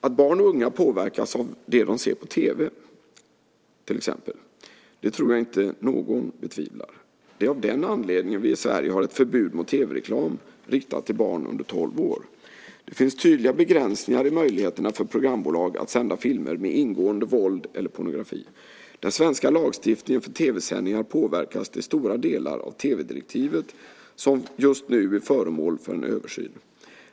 Att barn och unga påverkas av det de ser på tv till exempel tror jag inte någon betvivlar. Det är av den anledningen vi i Sverige har ett förbud mot tv-reklam riktad till barn under tolv år. Det finns tydliga begränsningar i möjligheterna för programbolag att sända filmer med ingående våld eller pornografi. Den svenska lagstiftningen för tv-sändningar påverkas till stora delar av tv-direktivet, som just nu är föremål för en översyn.